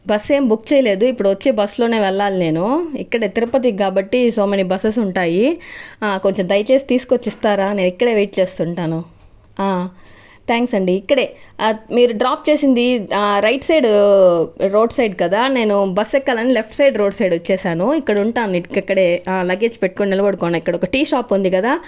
bus ఏం book చేయలేదు ఇప్పుడు వచ్చే బస్సులోనే వెళ్లాలి నేను ఇక్కడ తిరుపతి కాబట్టి సో మెనీ బస్సెస్ ఉంటాయి కొంచెం దయచేసి తీసుకొచ్చి ఇస్తారా నేను ఇక్కడే వెయిట్ చేస్తుంటాను థ్యాంక్స్ అండి ఇక్కడే మీరు డ్రాప్ చేసింది రైట్ సైడ్ రోడ్ సైడ్ కదా నేను బస్సు ఎక్కాలని లెఫ్ట్ సైడ్ రోడ్ సైడ్ వచ్చేసాను ఇక్కడ ఉంటాను ఇక్కడే లగేజ్ పెట్టుకొని నిలబడుకొన్న ఇక్కడ టీ షాప్ ఉంది కదా